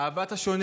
אהבת השונה